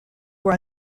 were